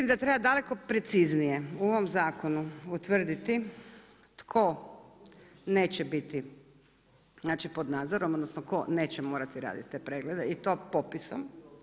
Mislim da treba daleko preciznije u ovom zakonu utvrditi tko neće biti pod nadzorom, odnosno, tko neće morati raditi te preglede i to popisom.